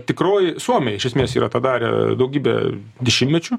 tikroji suomiai iš esmės yra tą darę daugybę dešimtmečių